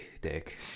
dick